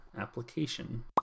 application